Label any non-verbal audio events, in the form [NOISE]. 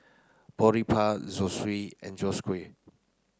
Boribap Zosui and [UNINTELLIGIBLE]